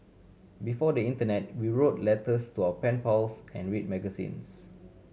before the internet we wrote letters to our pen pals and read magazines